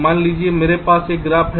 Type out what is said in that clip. मान लीजिए मेरे पास एक ग्राफ है